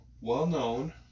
well-known